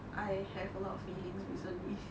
I have a lot of feelings recently